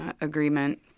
Agreement